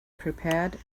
prepared